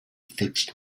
fixed